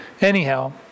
Anyhow